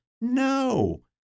No